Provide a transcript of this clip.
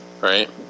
right